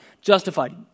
justified